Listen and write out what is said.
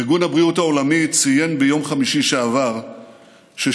ארגון הבריאות העולמי ציין ביום חמישי שעבר ששיעור